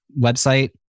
website